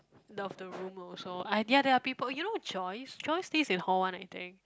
love the room also ah there're there're people you know Joyce Joyce stays in hall one I think